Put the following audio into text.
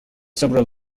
several